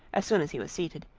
as soon as he was seated,